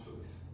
choice